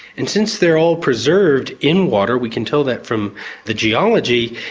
and since they are all preserved in water, we can tell that from the geology,